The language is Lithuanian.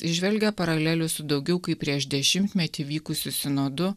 įžvelgia paralelių su daugiau kaip prieš dešimtmetį vykusiu sinodu